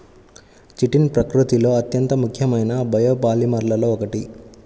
chitin ప్రకృతిలో అత్యంత ముఖ్యమైన బయోపాలిమర్లలో ఒకటి